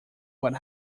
what